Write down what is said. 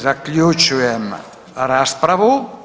Zaključujem raspravu.